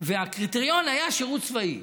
והקריטריון היה שירות צבאי.